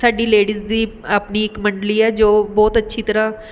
ਸਾਡੀ ਲੇਡੀਜ਼ ਦੀ ਆਪਣੀ ਇੱਕ ਮੰਡਲੀ ਹੈ ਜੋ ਬਹੁਤ ਅੱਛੀ ਤਰ੍ਹਾਂ